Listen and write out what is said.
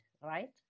right